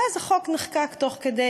ואז החוק נחקק תוך כדי,